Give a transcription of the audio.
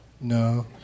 No